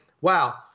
wow